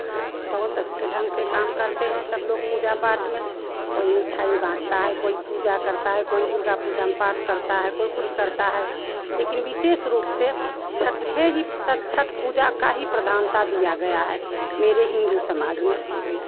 बहुत अच्छे ढंग से काम करते हैं सब लोग पूजा पाठ में कोई मिठाई बाँटता है कोई पूजा करता है कोई दुर्गा पूजा में पाठ करता है कोई कुछ करता है लेकिन विशेष रूप से छठ में ही सब छठ पूजा का ही प्रधानता दिया गया है मेरे हिन्दू समाज में